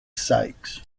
sykes